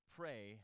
pray